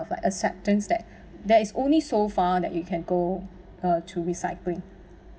of like acceptance that there is only so far that you can go uh to recycling